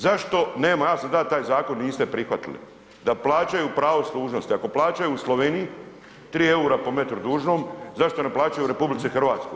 Zašto nema, ja sam da taj zakon, niste prihvatili, da plaćaju pravo služnosti, ako plaćaju u Sloveniji 3,00 EUR-a po metrom dužnom, zašto ne plaćaju u RH?